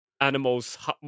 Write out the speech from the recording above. animals